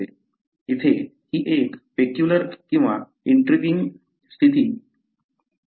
येथे ही एक पेक्युलियर किंवा इंट्रीगिंग स्थिती आहे